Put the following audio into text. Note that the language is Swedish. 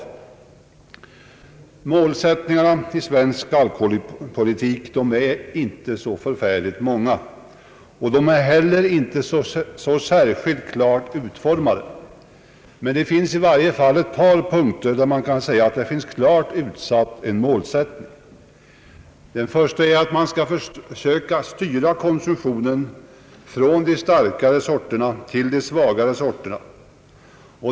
Målsättningarna i svensk alkoholpolitik är inte så förfärligt många, och de är inte heller så särskilt klart utformade. Men på ett par punkter kan man i alla fall säga att en målsättning är klart utsagd. Man skall således försöka styra konsumtionen från de starkare sorterna till de svagare sorterna.